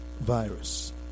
virus